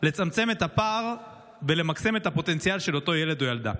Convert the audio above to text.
לצמצם את הפער במקסום הפוטנציאל של אותו ילד או ילדה.